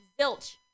zilch